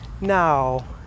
Now